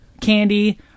candy